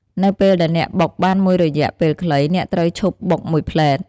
នៅពេលដែលអ្នកបុកបានមួយរយៈពេលខ្លី អ្នកត្រូវឈប់បុកមួយភ្លែត។